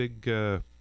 big